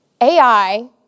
AI